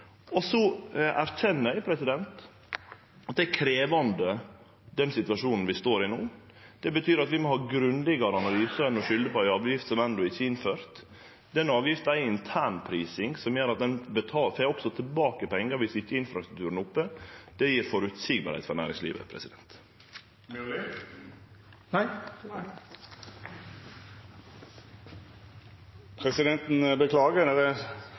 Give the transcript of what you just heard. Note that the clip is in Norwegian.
allereie. Så erkjenner eg at den situasjonen vi er i no, er krevjande. Det betyr at vi må ha grundigare analysar enn at ein skuldar på ei avgift som enno ikkje er innført. Den avgifta er ei internprising, som gjer at ein også får tilbake pengar dersom ikkje infrastrukturen er oppe. Det gjev føreseielegheit for næringslivet.